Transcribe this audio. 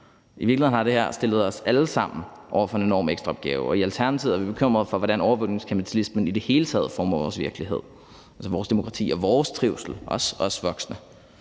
I virkeligheden har det her stillet os alle sammen over for en enorm ekstraopgave. I Alternativet er vi bekymrede for, hvordan overvågningskapitalismen i det hele taget former vores virkelighed, altså vores demokrati og vores trivsel, også